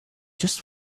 just